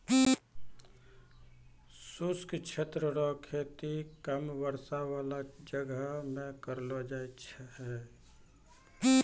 शुष्क क्षेत्र रो खेती कम वर्षा बाला जगह मे करलो जाय छै